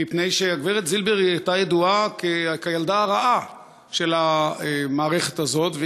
מפני שהגברת זילבר הייתה ידועה כילדה הרעה של המערכת הזאת,